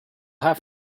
have